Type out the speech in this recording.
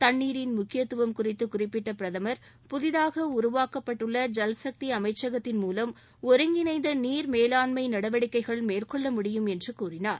தண்ணீரின் முக்கியத்துவம் குறித்து குறிப்பிட்ட பிரதமர் புதிதாக உருவாக்கப்பட்டுள்ள ஜல்சக்தி அமைச்சகத்தின் மூலம் ஒருங்கிணைந்த நீர் மேலாண்மை நடவடிக்கைகள் மேற்கொள்ள முடியும் என்று கூறினார்